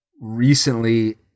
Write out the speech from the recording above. recently